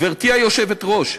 גברתי היושבת-ראש,